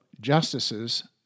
justices